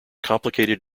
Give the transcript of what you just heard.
complicated